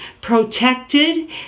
protected